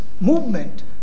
movement